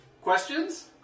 Questions